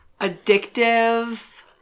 Addictive